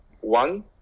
One